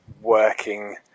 working